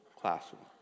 classroom